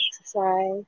exercise